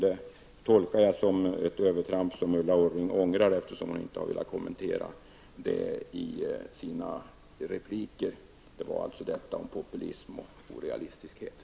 Jag tolkar det som ett övertramp som Ulla Orring ångrar, eftersom hon inte har velat kommentera det i sina repliker. Det gällde populism och bristen på realism.